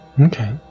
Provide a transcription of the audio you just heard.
Okay